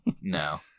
No